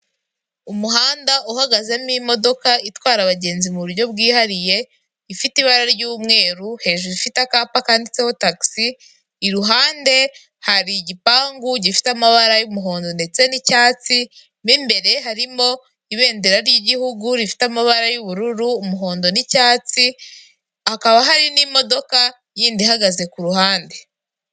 Umuhanda uhagazemo imodoka itwara abagenzi mu buryo bwihariye, ifite ibara ry'umweru, hejuru ifite akapa kanditseho taxi, iruhande hari igipangu gifite amabara y'umuhondo ndetse n'icyatsi, mo imbere harimo ibendera ry'igihugu rifite amabara y'ubururu, umuhondo n'icyatsi, hakaba hari n'imodoka yindi ihagaze ku ruhande.